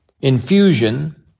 infusion